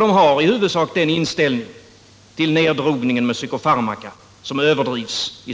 De har i huvudsak den inställning till neddrogningen med psykofarmaka — som i